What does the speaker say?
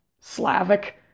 slavic